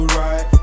right